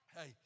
Hey